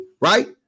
right